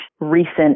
recent